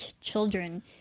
children